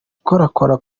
gukorakora